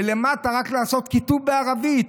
ולמטה רק לעשות כיתוב בערבית,